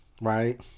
Right